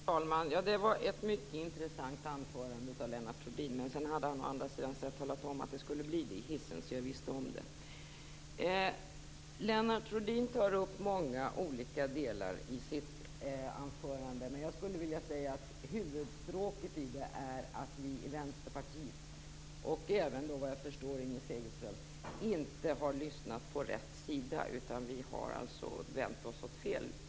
Herr talman! Det var ett mycket intressant anförande av Lennart Rohdin. Det hade han redan i hissen talat om att det skulle bli, så jag visste det. Lennart Rohdin tar upp många olika delar i sitt anförande, men jag skulle vilja säga att huvudstråket i det är att vi i Vänsterpartiet och även Inger Segelström inte har lyssnat på rätt sida. Vi har alltså vänt oss åt fel håll.